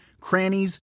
crannies